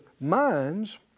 minds